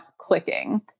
clicking